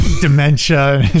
dementia